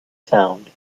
sound